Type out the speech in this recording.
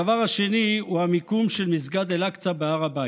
הדבר השני הוא המיקום של מסגד אל-אקצא בהר הבית.